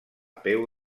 peu